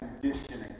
conditioning